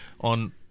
on –